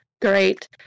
great